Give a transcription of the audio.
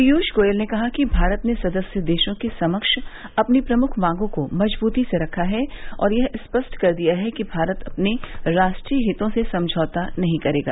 पीयूष गोयल ने कहा कि भारत ने सदस्य देशों के सम्क्ष अपनी प्रमुख मांगों को मजबूती से रखा है और यह स्पष्ट कर दिया है कि भारत अपने राष्ट्रीय हितों से समझौता नहीं करेगा